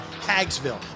Hagsville